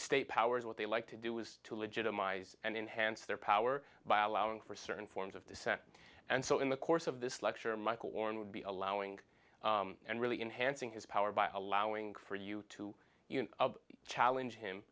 state powers what they like to do is to legitimize and enhance their power by allowing for certain forms of dissent and so in the course of this lecture michael oren would be allowing and really enhance in his power by allowing for you to challenge him